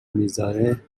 میگذاره